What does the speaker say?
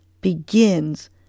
begins